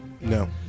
No